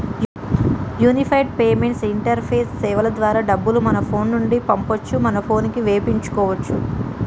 unified payments interface సేవల ద్వారా డబ్బులు మన ఫోను నుండి పంపొచ్చు మన పోనుకి వేపించుకోచ్చు